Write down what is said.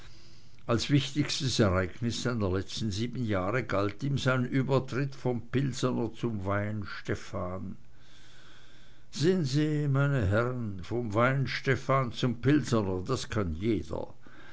als wichtigstes ereignis seiner letzten sieben jahre galt ihm sein übertritt vom pilsener zum weihenstephan sehen sie meine herren vom weihenstephan zum pilsener das kann jeder